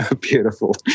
Beautiful